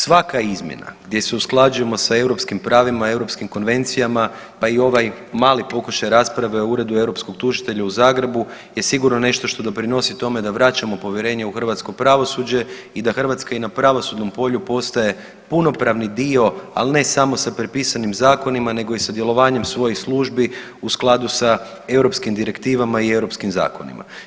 Svaka izmjena, gdje se usklađujemo s europskim pravima i europskim konvencijama, pa i ovaj mali pokušaj rasprave u Uredu europskog tužitelja u Zagrebu je sigurno nešto što doprinosi tome da vraćamo povjerenje u hrvatsko pravosuđe i da Hrvatska i na pravosudnom polju postaje punopravni dio, ali ne samo sa prepisanim zakonima, nego i sudjelovanjem svojih službi u skladu sa europskim direktivama i europskim zakonima.